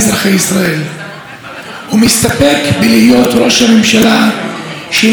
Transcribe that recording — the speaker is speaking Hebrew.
אין לי בעיה שישראל היא מדינה של היהודים ועבור היהודים,